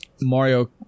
mario